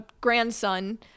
grandson